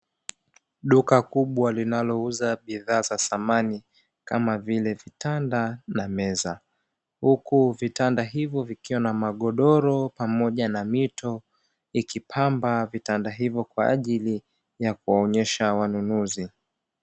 Duka kubwa linalouza bidhaa za samani kama vile vitanda na meza, huku vitanda hivyo vikiwa na magodoro pamoja na mito ikipamba vitanda hivyo kwa ajili ya kuwaonyesha wanunuzi.